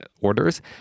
orders